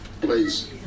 please